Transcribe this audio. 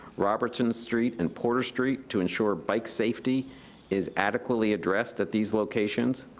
robertson street, and porter street, to ensure bike safety is adequately addressed at these locations,